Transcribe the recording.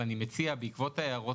זה מעצבן.